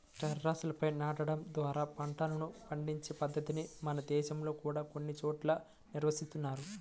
టెర్రస్లపై నాటడం ద్వారా పంటలను పండించే పద్ధతిని మన దేశంలో కూడా కొన్ని చోట్ల నిర్వహిస్తున్నారు